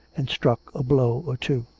and struck a blow or two.